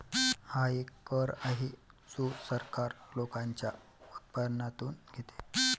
हा एक कर आहे जो सरकार लोकांच्या उत्पन्नातून घेते